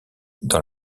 dans